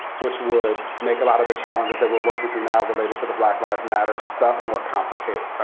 which would make a lot of the challenges that we're working through now, related to the black lives matter stuff, more complicated.